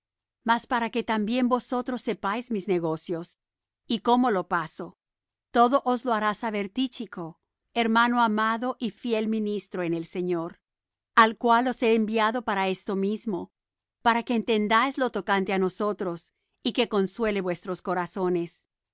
mas para que también vosotros sepáis mis negocios y cómo lo paso todo os lo hará saber tichco hermano amado y fiel ministro en el señor al cual os he enviado para esto mismo para que entendáis lo tocante á nosotros y que consuele vuestros corazones paz